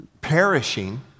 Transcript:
perishing